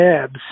tabs